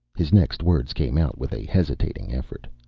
his next words came out with a hesitating effort.